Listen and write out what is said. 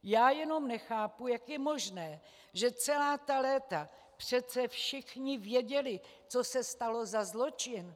Já jenom nechápu, jak je možné, že celá ta léta přece všichni věděli, co se stalo za zločin.